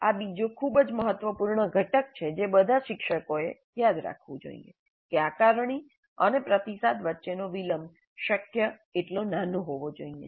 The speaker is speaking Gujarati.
આ બીજો ખૂબ જ મહત્વપૂર્ણ ઘટક છે કે જે બધા પ્રશિક્ષકોએ યાદ રાખવું જોઈએ કે આકારણી અને પ્રતિસાદ વચ્ચેનો વિલંબ શક્ય તેટલો નાનો હોવો જોઈએ